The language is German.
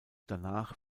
danach